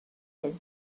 his